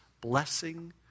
blessing